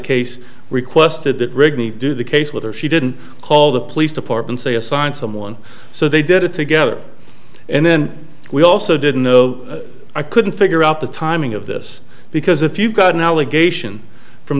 case requested that rigney do the case with her she didn't call the police department they assigned someone so they did it together and then we also didn't know i couldn't figure out the timing of this because if you've got an allegation from